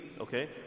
okay